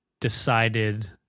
decided